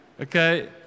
Okay